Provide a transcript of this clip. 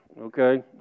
okay